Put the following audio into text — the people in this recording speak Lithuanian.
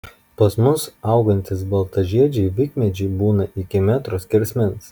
pas mus augantys baltažiedžiai vikmedžiai būna iki metro skersmens